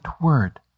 word